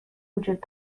وجود